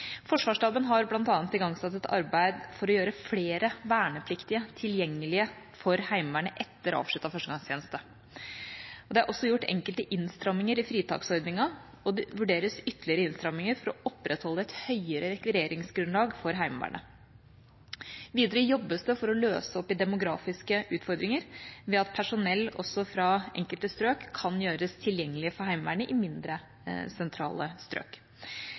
Forsvarsstaben har bl.a. igangsatt et arbeid for å gjøre flere vernepliktige tilgjengelige for Heimevernet etter avsluttet førstegangstjeneste. Det er også gjort enkelte innstramminger i fritaksordningen, og det vurderes ytterligere innstramminger for å opprettholde et høyere rekvireringsgrunnlag for Heimevernet. Videre jobbes det for å løse opp i demografiske utfordringer ved at personell også fra enkelte strøk kan gjøres tilgjengelig for Heimevernet i mindre sentrale strøk.